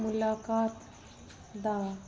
ਮੁਲਾਕਾਤ ਦਾ